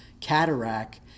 cataract